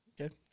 Okay